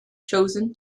chosen